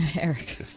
Eric